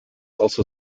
also